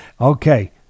Okay